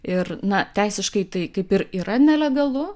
ir na teisiškai tai kaip ir yra nelegalu